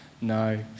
No